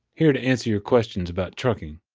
here to answer your questions about trucking.